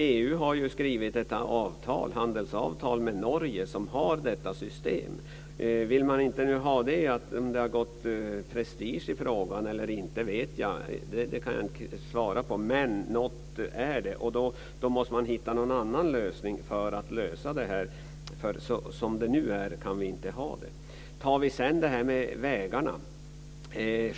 EU har ju träffat ett handelsavtal med Norge som har detta system för arbetsgivaravgifter. Om det har gått prestige i frågan eller inte kan jag inte svara på, men något är det. Då måste man hitta någon annan lösning för att komma till rätta med det här, för som det nu är kan vi inte ha det. Sedan har vi detta med vägarna.